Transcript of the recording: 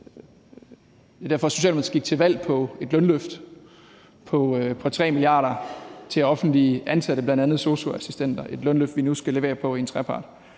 det er derfor, Socialdemokratiet gik til valg på et lønløft på 3 mia. kr. til offentligt ansatte, bl.a. sosu-assistenter – et lønløft, vi nu skal levere på i en trepartsaftale.